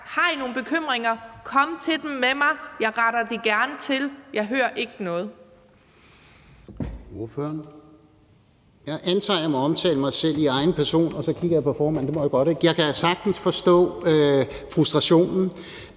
Har I nogen bekymringer, så kom til mig med dem, jeg retter det gerne til. Men jeg hører ikke noget.